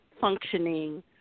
functioning